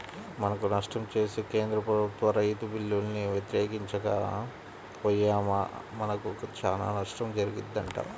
మనకు నష్టం చేసే కేంద్ర ప్రభుత్వ రైతు బిల్లుల్ని వ్యతిరేకించక పొయ్యామా మనకు చానా నష్టం జరిగిద్దంట